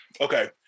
Okay